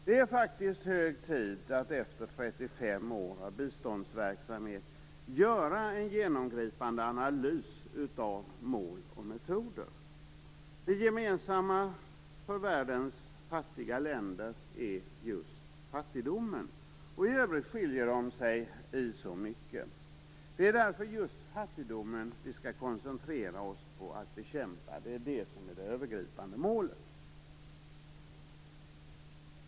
Det är faktiskt hög tid att efter 35 år av biståndsverksamhet göra en genomgripande analys av mål och metoder. Det gemensamma för världens fattiga länder är just fattigdomen. I övrigt skiljer de sig i mycket. Det är därför just fattigdomen vi skall koncentrera oss på att bekämpa. Det är det övergripande målet.